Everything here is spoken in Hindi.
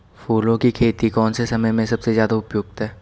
फूलों की खेती कौन से समय में सबसे ज़्यादा उपयुक्त है?